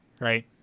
right